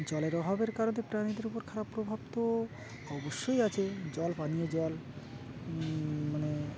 জলের অভাবের কারণে প্রাণীদের উপর খারাপ প্রভাব তো অবশ্যই আছে জল পানীয় জল মানে